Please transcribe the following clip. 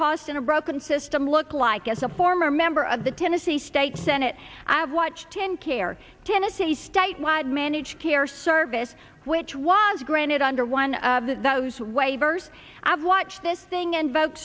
cost in a broken system look like as a former member of the tennessee state senate i have watched him care tennessee statewide managed care service which was granted under one of those waivers i've watched thing and bot